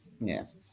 yes